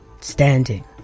Standing